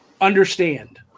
understand